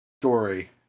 story